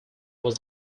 was